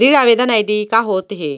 ऋण आवेदन आई.डी का होत हे?